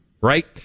right